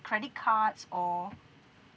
credit cards or